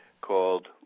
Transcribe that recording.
called